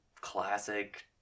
classic